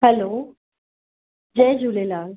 hello जय झूलेलाल